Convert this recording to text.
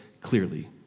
clearly